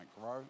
grow